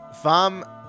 Vam